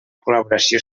col·laboració